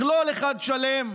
מכלול אחד שלם